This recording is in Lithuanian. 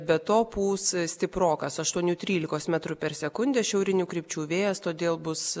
be to pūs stiprokas aštuonių trylikos metrų per sekundę šiaurinių krypčių vėjas todėl bus